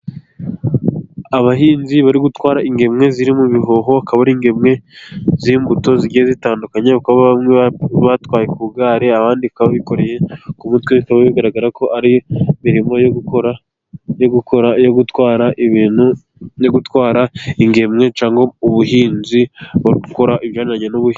Abahinzi bari gutwara ingemwe ziri mu bihoho, zikaba ari ingemwe z'imbuto zigiye zitandukanye kuko bamwe batwaye ku igare abandi bakaba bikoreye ku mutwe bikaba bigaragara ko ari mirimo yo gukora, yo gukora yo gutwara ibintu, no gutwara ingemwe cyangwa ubuhinzi bwo gukora ibijyananye n'ubuhinzi.